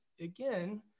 again